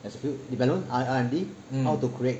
execute R&D how to create